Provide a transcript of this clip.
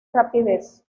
rapidez